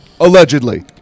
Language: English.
Allegedly